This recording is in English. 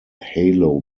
halo